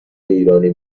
ایرانی